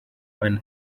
when